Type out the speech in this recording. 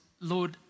Lord